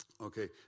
Okay